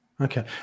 Okay